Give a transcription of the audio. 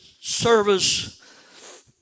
service